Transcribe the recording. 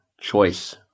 choice